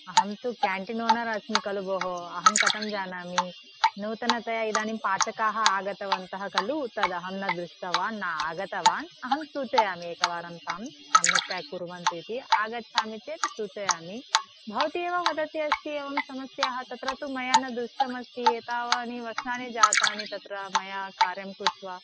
अहं तु canteen owner अस्मि खलु भोः अहं कथं जानामि नूतनतया इदानीं पाचकाः आगतवन्तः खलु तदहं न दृष्टवान् न आगतवान् अहं सूचयामि एकवारं तान् सम्यक्तया कुर्वन्तु इति आगच्छामि चेत् सूचयामि भवती एव वदन्ती अस्ति एवं समस्याः तत्र तु मया न दृष्टमस्ति एतावन्ति वर्षाणि जातानि तत्र मया कार्यं कृत्वा